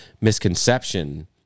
misconception